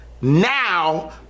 now